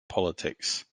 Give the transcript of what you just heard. politics